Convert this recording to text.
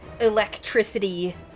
electricity